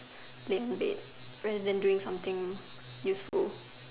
play with it rather than doing something useful